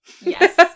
yes